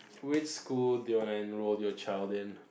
which school they all enroll your child then